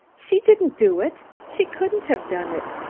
she didn't do it, she couldn't have done it.